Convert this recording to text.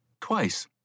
Twice